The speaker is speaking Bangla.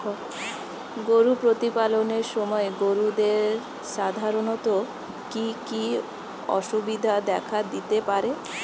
গরু প্রতিপালনের সময় গরুদের সাধারণত কি কি অসুবিধা দেখা দিতে পারে?